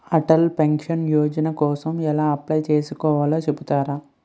Atal pension Yojana కోసం ఎలా apply చేసుకోవాలో చెపుతారా?